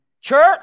Church